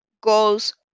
goes